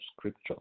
Scripture